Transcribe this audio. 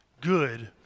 good